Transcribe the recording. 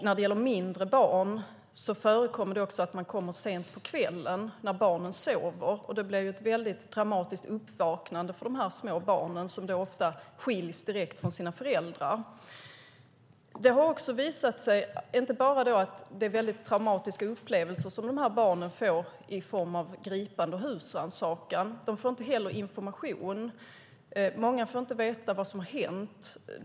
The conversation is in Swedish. När det gäller mindre barn förekommer det att man kommer sent på kvällen när barnen sover. Det blir ett traumatiskt uppvaknande för dessa små barn, som ofta skiljs direkt från sina föräldrar. För barnen blir det inte bara traumatiska upplevelser vid gripande och husrannsakan. De får heller inte någon information. Många får inte veta vad som har hänt.